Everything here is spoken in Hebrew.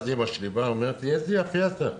אז אימא שלי אמרה לי: איזה יפה אתה,